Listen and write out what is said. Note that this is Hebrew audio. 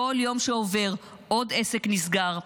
כל יום שעובר עוד עסק נסגר,